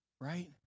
right